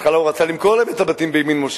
בהתחלה הוא רצה למכור להם את הבתים בימין-משה.